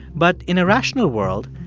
but in a rational world,